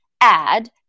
add